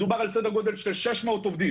מדובר על סדר גודל של 600 עובדים.